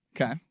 okay